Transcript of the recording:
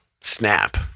Snap